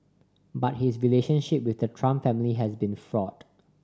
but his relationship with the Trump family has been fraught